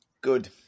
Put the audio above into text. Good